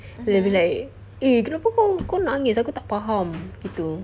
they'll be like eh kenapa kau kau nangis aku tak faham gitu